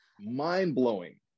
mind-blowing